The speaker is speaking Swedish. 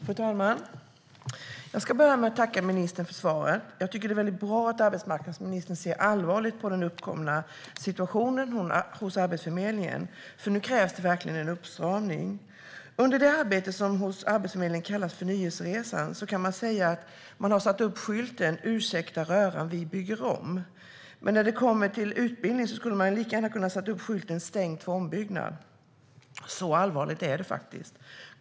Fru talman! Jag ska börja med att tacka ministern för svaret. Det är väldigt bra att arbetsmarknadsministern ser allvarligt på den uppkomna situationen hos Arbetsförmedlingen. Nu krävs det verkligen en uppstramning. Under det arbete som hos Arbetsförmedlingen kallas för Nyhetsresan har man satt upp skylten: Ursäkta röran, vi bygger om. Men när det kommer till utbildning skulle man lika gärna kunnat ha satt upp skylten: Stängt för ombyggnad. Så allvarligt är det faktiskt.